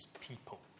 people